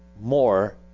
more